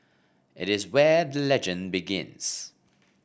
it is where the legend begins